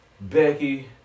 Becky